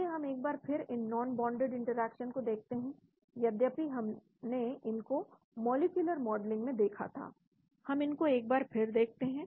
आइए हम एक बार फिर इन नॉनबोंडेड इंटरेक्शन को देखते हैं यद्यपि हमने इनको मॉलिक्यूलर मॉडलिंग में देखा था हम इनको एक बार फिर देखते हैं